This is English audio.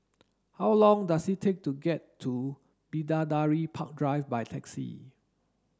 how long does it take to get to Bidadari Park Drive by taxi